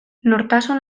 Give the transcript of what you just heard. nortasun